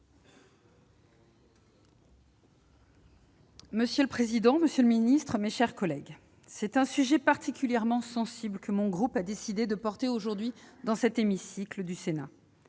Monsieur le président, monsieur le ministre, mes chers collègues, c'est un sujet particulièrement sensible que mon groupe a décidé de porter aujourd'hui dans cet hémicycle. Au détour